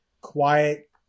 quiet